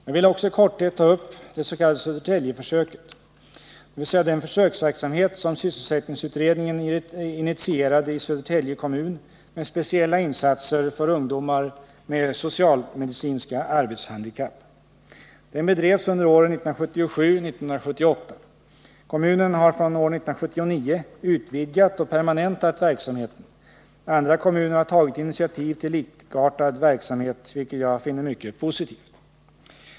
Jag vill också i korthet ta upp det s.k. Södertäljeförsöket, dvs. den försöksverksamhet som sysselsättningsutredningen initierade i Södertälje kommun med speciella insatser för ungdomar med socialmedicinska arbetshandikapp. Den bedrevs under åren 1977-1978. Kommunen har från år 1979 utvidgat och permanentat verksamheten. Andra kommuner har tagit initiativ till likartad verksamhet, vilket jag finner mycket positivt.